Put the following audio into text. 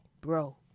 bro